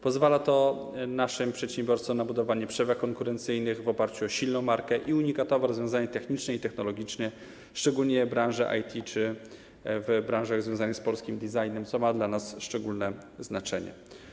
Pozwala to naszym przedsiębiorcom na budowanie przewag konkurencyjnych w oparciu o silną markę i unikatowe rozwiązania techniczne i technologiczne, szczególnie w branży IT czy w branżach związanych z polskim designem, co ma dla nas szczególne znaczenie.